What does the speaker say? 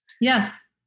Yes